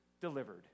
delivered